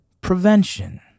prevention